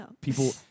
people